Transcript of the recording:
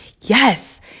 Yes